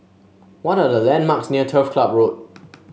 what are the landmarks near Turf Club Road